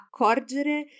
accorgere